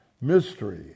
Mystery